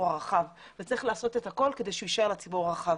הרחב וצריך לעשות את הכול כדי שהוא יישאר לציבור הרחב.